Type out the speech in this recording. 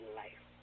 life